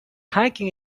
hiking